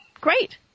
Great